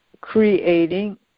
creating